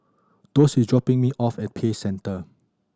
Doss is dropping me off at Peace Centre